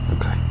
Okay